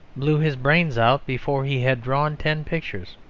blew his brains out before he had drawn ten pictures.